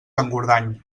engordany